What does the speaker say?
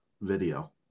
video